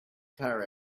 car